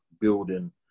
building